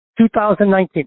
2019